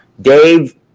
Dave